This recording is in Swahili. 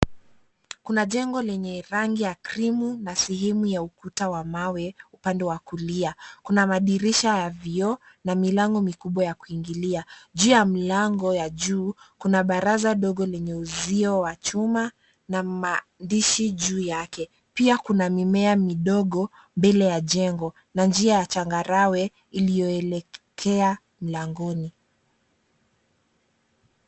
Kuna jengo lenye rangi ya krimu na sehemu ya ukuta wa mawe, upande wa kulia. Kuna madirisha ya vioo, na milango mikubwa ya kuingilia. Juu ya mlango ya juu, kuna baraza dogo lenye uzio wa chuma, na maandishi juu yake. Pia kuna mimea midogo, mbele ya jengo, na njia ya changarawe iliyoelekea mlangoni.